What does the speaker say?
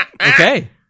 okay